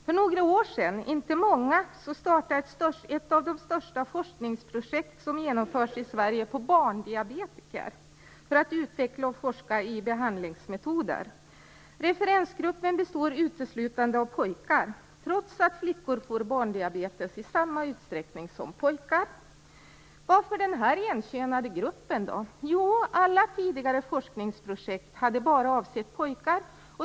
För några år sedan, inte många, startades ett av de största forskningsprojekt som genomförts i Sverige på barndiabetiker för att utveckla och forska i behandlingsmetoder. Referensgruppen består uteslutande av pojkar, trots att flickor får barndiabetes i samma utsträckning som pojkar. Varför då denna enkönade grupp? Jo, alla tidigare forskningsprojekt hade bara avsett pojkar.